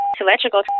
electrical